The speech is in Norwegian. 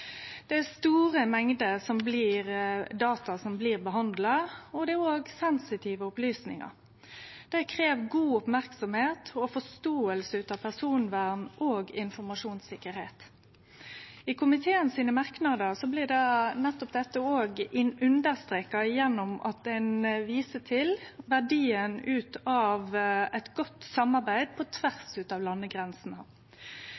det er òg sensitive opplysningar. Det krev god merksemd på og forståing av personvern og informasjonssikkerheit. I komiteen sine merknader blir nettopp dette understreka gjennom at ein viser til verdien av eit godt samarbeid på